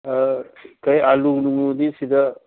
ꯑꯥ ꯑꯩꯈꯣꯏ ꯑꯥꯜꯂꯨ ꯅꯨꯡꯂꯨꯗꯤ ꯁꯤꯗ